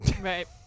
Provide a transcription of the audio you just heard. Right